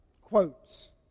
quotes